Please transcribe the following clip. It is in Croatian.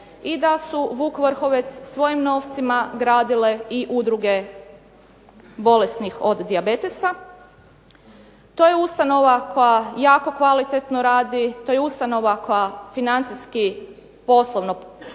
i da su "Vuk Vrhovec" svojim novcima gradile i udruge bolesnih od dijabetesa. To je ustanova koja jako kvalitetno radi, to je ustanova koja financijski poslovno, znači